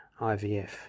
IVF